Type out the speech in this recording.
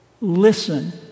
listen